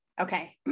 Okay